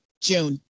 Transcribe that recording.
June